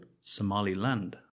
Somaliland